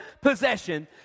possession